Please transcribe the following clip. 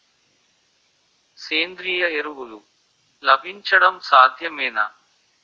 సేంద్రీయ ఎరువులు లభించడం సాధ్యమేనా?